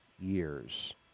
years